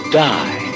die